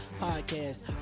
podcast